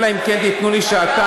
אלא אם כן תיתנו לי שעתיים,